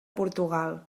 portugal